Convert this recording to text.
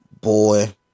Boy